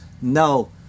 no